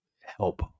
help